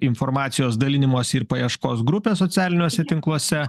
informacijos dalinimosi ir paieškos grupės socialiniuose tinkluose